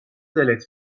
دلت